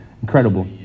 Incredible